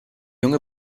junge